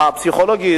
הפסיכולוגי,